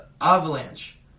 Avalanche